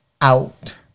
out